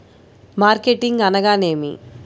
Marketing అనగానేమి?